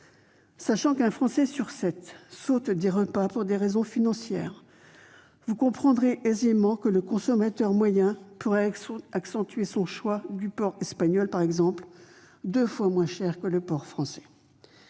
Sachant qu'un Français sur sept saute des repas pour des raisons financières, vous comprendrez aisément que le consommateur moyen pourrait encore plus facilement porter son choix vers le porc espagnol, deux fois moins cher que le porc français.